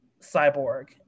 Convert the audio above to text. Cyborg